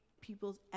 people's